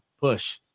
push